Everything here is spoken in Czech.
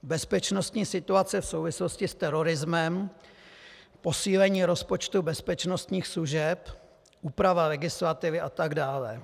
Bezpečnostní situace v souvislosti s terorismem, posílení rozpočtu bezpečnostních služeb, úprava legislativy atd.